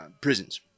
prisons